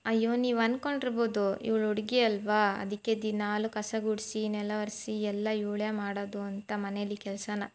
ಅಯ್ಯೋ ನೀವು ಅನ್ಕೊಂಡಿರ್ಬೋದು ಇವ್ಳು ಹುಡ್ಗಿ ಅಲ್ಲವಾ ಅದಕ್ಕೆ ದಿನಾಲೂ ಕಸ ಗುಡಿಸಿ ನೆಲ ಒರೆಸಿ ಎಲ್ಲ ಇವಳೇ ಮಾಡೋದು ಅಂತ ಮನೆಯಲ್ಲಿ ಕೆಲಸನಾ